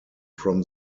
from